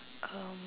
um